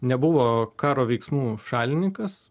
nebuvo karo veiksmų šalininkas